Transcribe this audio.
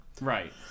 Right